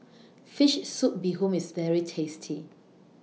Fish Soup Bee Hoon IS very tasty